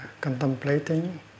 contemplating